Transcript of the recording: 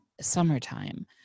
summertime